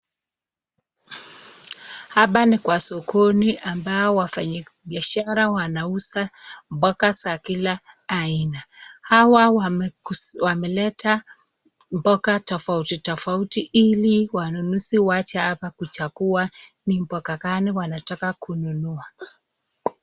Hapa ni kwa sokoni ambao wafanyi biashara wanauza mboga za kila aina. Hawa wameleta mboga tofauti tofauti ili wanunuzi waje hapa kuchakua ni mboga gani wanataka kununua.